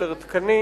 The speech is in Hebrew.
יותר תקנים,